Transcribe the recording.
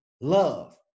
love